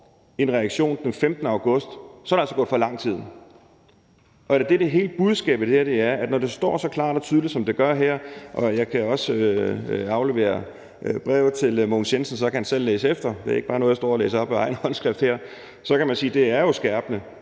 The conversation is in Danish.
en reaktion den 15. august, så er der altså gået for lang tid. Og det, der er hele budskabet i det her, er jo, at man, når det står så klart og tydeligt, som det gør her – og jeg kan også aflevere brevet til Mogens Jensen, og så kan han selv læse efter, det er ikke bare noget, jeg står her og læser op af egen håndskrift – så kan sige, at det er skærpende,